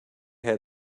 had